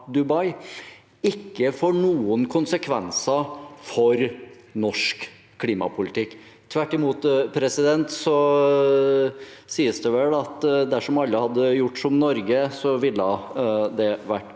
ikke får noen konsekvenser for norsk klimapolitikk. Tvert imot sies det vel at dersom alle hadde gjort som Norge, ville det vært